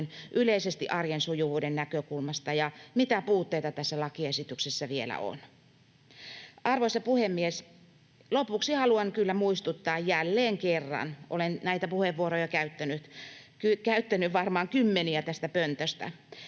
yleisesti arjen sujuvuuden näkökulmasta ja mitä puutteita tässä lakiesityksessä vielä on. Arvoisa puhemies! Lopuksi haluan kyllä muistuttaa jälleen kerran — olen näitä puheenvuoroja käyttänyt varmaan kymmeniä tästä pöntöstä